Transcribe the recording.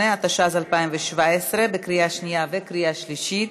8), התשע"ז 2017, לקריאה שנייה וקריאה שלישית.